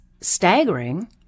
staggering